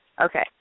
Okay